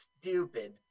stupid